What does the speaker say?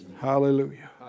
Hallelujah